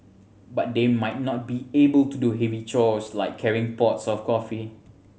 but they might not be able to do heavy chores like carrying pots of coffee